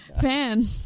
fan